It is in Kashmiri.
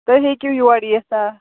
تُہۍ ہیٚکِو یوٗر یِتھ آ